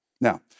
Now